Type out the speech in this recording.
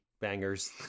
bangers